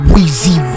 Weezy